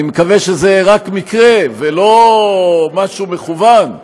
אני מקווה שזה רק מקרה ולא משהו מכוון,